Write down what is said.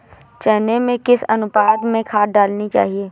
चने में किस अनुपात में खाद डालनी चाहिए?